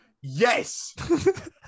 yes